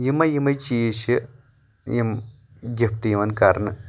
یِمے یِمَے چیٖز چھِ یِم گفٹہٕ یِوَان کرنہٕ